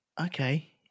okay